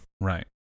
Right